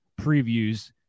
previews